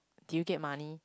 do you get money